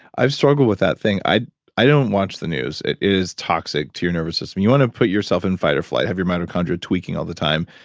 i've struggle with that thing, i i don't watch the news. it is toxic to your nervous system. you want to put yourself in fight or flight, have your mitochondria tweaking all the time,